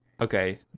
okay